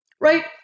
right